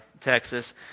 texas